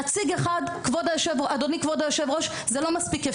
נציג אחד, אדוני כבוד היושב-ראש, זה לא מספיק.